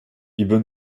ibn